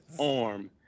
arm